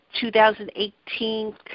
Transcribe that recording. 2018